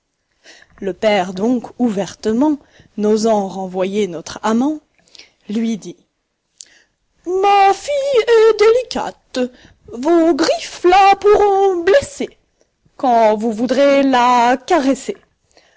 le père donc ouvertement n'osant renvoyer notre amant lui dit ma fille est délicate vos griffes la pourront blesser quand vous voudrez la caresser